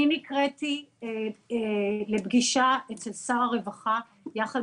אני נקראתי לפגישה אצל שר הרווחה יחד